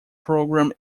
program